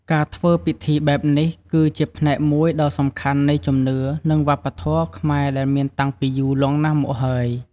ការធ្វើពិធីបែបនេះ គឺជាផ្នែកមួយដ៏សំខាន់នៃជំនឿ និងវប្បធម៌ខ្មែរដែលមានតាំងពីយូរលង់ណាស់មកហើយ។